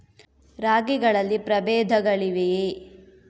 ರಾಗಿಗಳಲ್ಲಿ ಪ್ರಬೇಧಗಳಿವೆಯೇ?